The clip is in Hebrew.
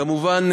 כמובן,